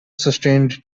sustained